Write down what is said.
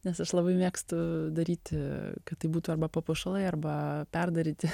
nes aš labai mėgstu daryti kad tai būtų arba papuošalai arba perdaryti